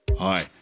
Hi